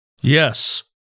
Yes